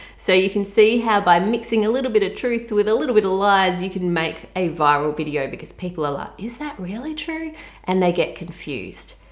so you can see how by mixing a little bit of truth with a little bit of liars you can make a viral video because people are ah is that really true and they get confused.